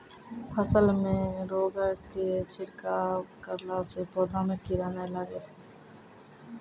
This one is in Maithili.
फसल मे रोगऽर के छिड़काव करला से पौधा मे कीड़ा नैय लागै छै?